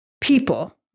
people